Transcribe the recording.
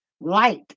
light